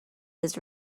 his